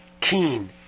keen